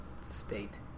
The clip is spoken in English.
state